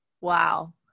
Wow